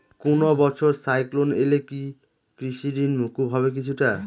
কোনো বছর সাইক্লোন এলে কি কৃষি ঋণ মকুব হবে কিছুটা?